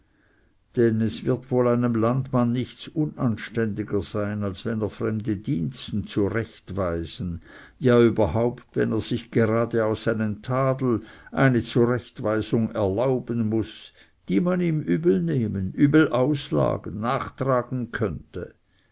denn es wird wohl einem landmann nichts unanständiger sein als wenn er fremde diensten zurechtweisen ja überhaupt wenn er sich geradeaus einen tadel eine zurechtweisung erlauben muß die man ihm übel nehmen übel auslegen nachtragen könnte